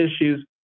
issues